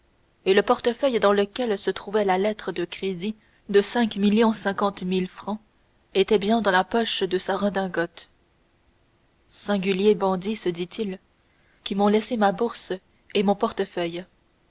et le portefeuille dans lequel se trouvait la lettre de crédit de cinq millions cinquante mille francs était bien dans la poche de sa redingote singuliers bandits se dit-il qui m'ont laissé ma bourse et mon portefeuille